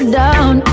down